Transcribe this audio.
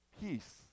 peace